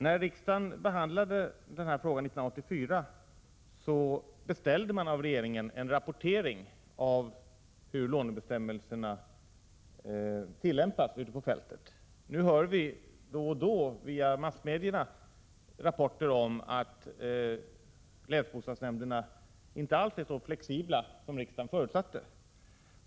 När riksdagen behandlade den här frågan 1984 beställde man av regeringen en rapportering om hur lånebestämmelserna tillämpades ute på fältet. Nu får vi via massmedierna då och då rapporter om att länsbostadsnämnderna inte alls är så flexibla som riksdagen förutsatte.